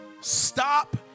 stop